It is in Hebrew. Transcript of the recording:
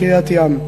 מקריית-ים.